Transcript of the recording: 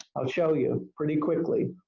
i'll show you pretty quickly.